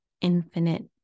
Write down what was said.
infinite